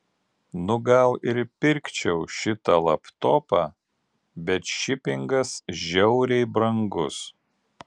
nu gal ir pirkčiau šitą laptopą bet šipingas žiauriai brangus